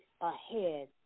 ahead